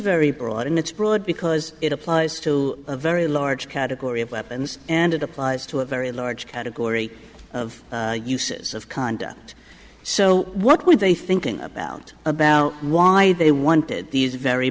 very broad and it's broad because it applies to a very large category of weapons and it applies to a very large category of uses of conduct so what were they thinking about about why they wanted these very